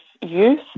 youth